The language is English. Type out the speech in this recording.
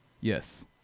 Yes